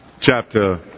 chapter